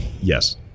Yes